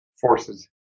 forces